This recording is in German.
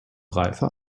reife